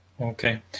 Okay